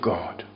God